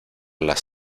las